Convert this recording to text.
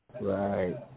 right